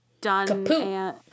done